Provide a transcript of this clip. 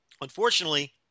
unfortunately